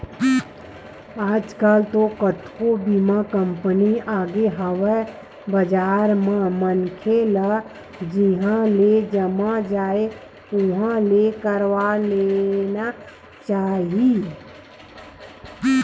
आजकल तो कतको बीमा कंपनी आगे हवय बजार म मनखे ल जिहाँ ले जम जाय उहाँ ले करवा लेना चाही